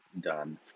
done